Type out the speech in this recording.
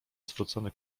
zwrócony